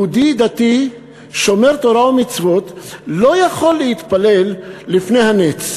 יהודי דתי שומר תורה ומצוות לא יכול להתפלל לפני "הנץ".